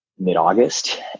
mid-August